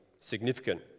significant